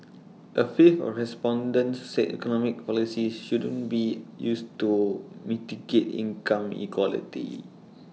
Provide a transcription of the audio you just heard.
A fifth of respondents said economic policies shouldn't be used to mitigate income inequality